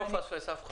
לא נפספס אף אחד.